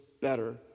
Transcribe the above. better